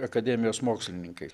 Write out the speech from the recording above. akademijos mokslininkai